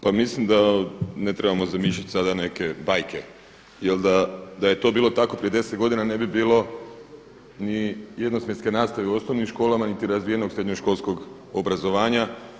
Pa mislim da ne trebamo zamišljati sada neke bajke jer da je to bilo tako prije deset godina, ne bi bilo ni jednosmjenske nastave u osnovnim školama niti razvijenog srednjoškolskog obrazovanja.